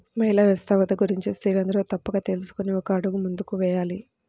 మహిళా వ్యవస్థాపకత గురించి స్త్రీలందరూ తప్పక తెలుసుకొని ఒక అడుగు ముందుకు వేయాలి